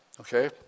Okay